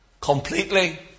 Completely